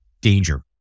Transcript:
danger